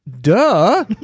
duh